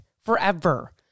forever